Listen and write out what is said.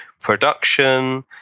production